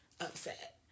upset